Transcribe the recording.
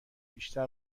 بیشتر